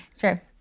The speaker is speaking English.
Sure